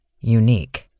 unique